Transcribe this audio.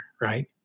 right